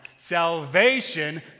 Salvation